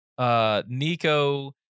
Nico